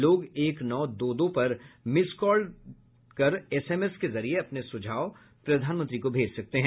लोग एक नौ दो दो पर मिस कॉल कर एसएमएस के जरिए अपने सुझाव प्रधानमंत्री को भेज सकते हैं